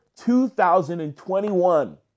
2021